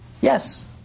yes